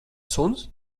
suns